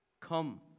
Come